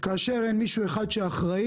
כאשר אין מישהו אחד שאחראי,